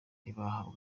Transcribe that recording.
ntibahabwa